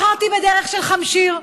בחרתי בדרך של חמשיר.